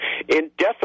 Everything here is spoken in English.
indefinitely